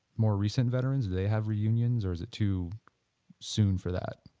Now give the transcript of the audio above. more recent veterans. do they have reunions or is it too soon for that?